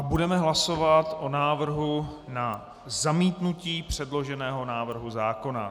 Budeme hlasovat o návrhu na zamítnutí předloženého návrhu zákona.